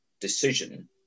decision